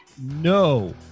no